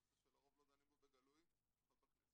זה נושא שלרוב לא דנים בו בגלוי, במיוחד בכנסת.